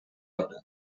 hora